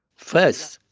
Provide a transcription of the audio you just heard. first,